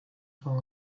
for